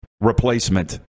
replacement